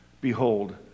Behold